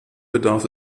bedarf